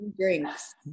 drinks